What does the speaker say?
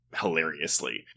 hilariously